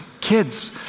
kids